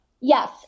Yes